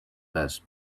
best